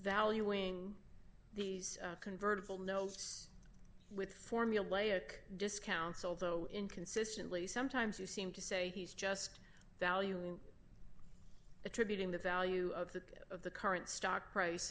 viewing these convertible notes with formulaic discounts although inconsistently sometimes you seem to say he's just valuing attributing the value of that of the current stock price